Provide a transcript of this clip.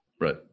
Right